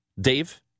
Dave